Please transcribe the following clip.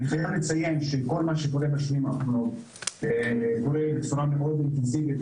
לציין שכול מה שקורה בשנים האחרונות קורה בצורה מאוד אינטנסיבית.